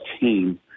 team